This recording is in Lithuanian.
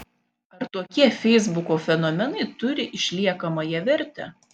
ar tokie feisbuko fenomenai turi išliekamąją vertę